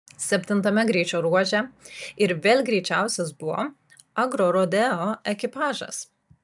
septintame greičio ruože ir vėl greičiausias buvo agrorodeo ekipažas